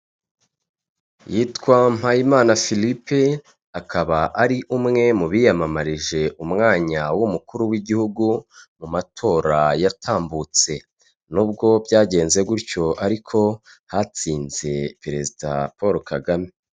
Yitwa Mpayimana Phillippe, akaba ari umwe mu biyamamarije umwanya w'umukuru w'igihugu mu matora yatambutse. N'ubwo byagenze gutyo ariko hatsinze perezida Paul Kagame.